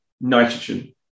nitrogen